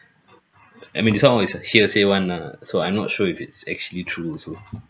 I mean this one all is uh hearsay one lah so I'm not sure if it's actually true also